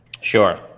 Sure